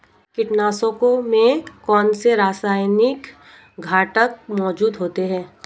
कीटनाशकों में कौनसे रासायनिक घटक मौजूद होते हैं?